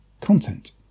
content